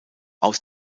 aus